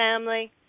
family